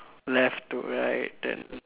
left to right then